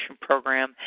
program